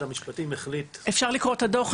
המשפטים החליט --- אפשר לקרוא את הדוח,